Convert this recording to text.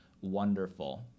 Wonderful